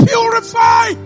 Purify